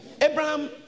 Abraham